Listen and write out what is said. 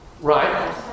Right